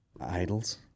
idols